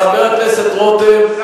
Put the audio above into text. חבר הכנסת רותם,